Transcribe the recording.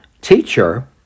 teacher